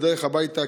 בדרך הביתה.